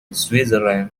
switzerland